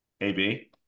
AB